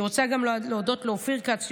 אני רוצה גם להודות לאופיר כץ,